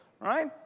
right